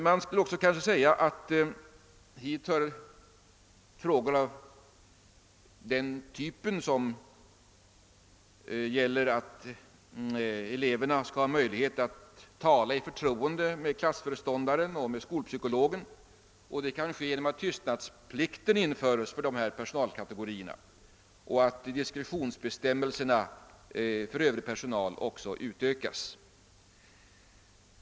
Hit hör också frågan om elevernas möjlighet att i förtroende tala med klassföreståndaren och skolpsykologen. Det kan åstadkommas genom att tystnadsplikt införs för dessa personalkategorier och genom att diskretionsbestämmelserna för övrig personal utökas.